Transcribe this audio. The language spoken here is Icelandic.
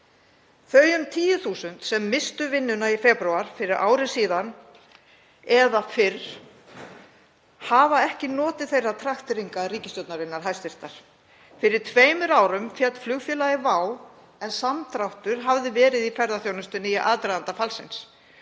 Þau um 10.000 sem misstu vinnuna í febrúar fyrir ári síðan eða fyrr hafa ekki notið þeirra trakteringa hæstv. ríkisstjórnarinnar. Fyrir tveimur árum féll flugfélagið WOW en samdráttur hafði verið í ferðaþjónustunni í aðdraganda fallsins.